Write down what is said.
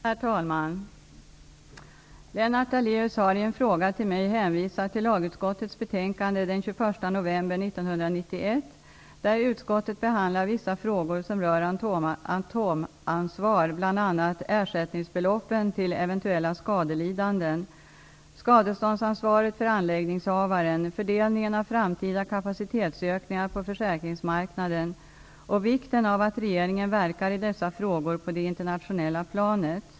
Herr talman! Lennart Daléus har i en fråga till mig hänvisat till lagutskottets betänkande den 21 november 1991 där utskottet behandlar vissa frågor som rör atomansvar bl.a. ersättningsbeloppen till eventuella skadelidanden, skadeståndsansvaret för anläggningshavaren, fördelningen av framtida kapacitetsökningar på försäkringsmarknaden och vikten av att regeringen verkar i dessa frågor på det internationella planet.